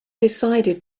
decided